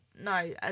no